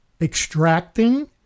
extracting